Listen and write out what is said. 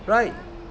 right